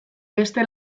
beste